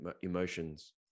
emotions